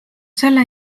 selle